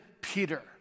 Peter